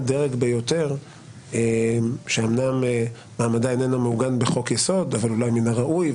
ביותר שאמנם מעמדה איננו מעוגן בחוק יסוד אבל אולי מן הראוי,